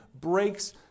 breaks